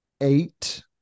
eight